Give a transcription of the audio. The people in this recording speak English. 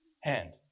hand